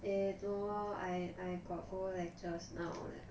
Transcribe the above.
eh no lor I I got go lectures now leh